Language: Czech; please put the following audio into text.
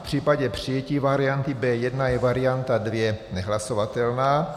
V případě přijetí varianty B1 je varianta 2 nehlasovatelná.